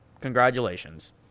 congratulations